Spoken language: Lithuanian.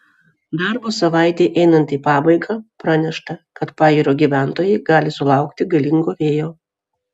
darbo savaitei einant į pabaigą pranešta kad pajūrio gyventojai gali sulaukti galingo vėjo